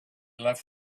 left